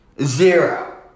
Zero